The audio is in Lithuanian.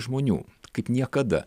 žmonių kaip niekada